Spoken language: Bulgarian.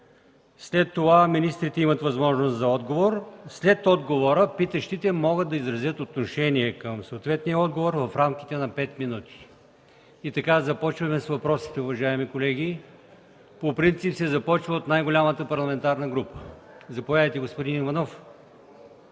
След това министрите имат възможност за отговор. След отговора питащите могат да изразят отношение към съответния отговор в рамките на пет минути. Започваме с въпросите, уважаеми колеги. По принцип се започва от най-голямата парламентарна група. Заповядайте, господин Иванов.